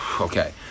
Okay